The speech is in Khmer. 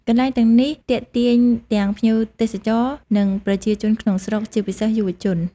កន្លែងទាំងនេះទាក់ទាញទាំងភ្ញៀវទេសចរ និងប្រជាជនក្នុងស្រុក ជាពិសេស យុវជន ។